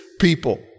people